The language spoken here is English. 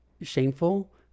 shameful